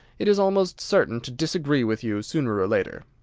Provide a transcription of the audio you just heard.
it is almost certain to disagree with you, sooner or later.